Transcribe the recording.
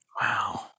Wow